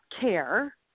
care